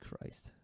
Christ